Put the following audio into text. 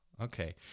okay